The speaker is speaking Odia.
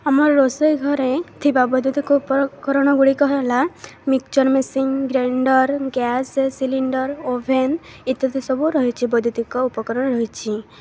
ଆମର ରୋଷେଇ ଘରେ ଥିବା ବୈଦ୍ୟୁତିକ ଉପକରଣ ଗୁଡ଼ିକ ହେଲା mixture machine grinder gas cylinder oven ଇତ୍ୟାଦି ସବୁ ରହିଛି ବୈଦ୍ୟୁତିକ ଉପକରଣ ରହିଛି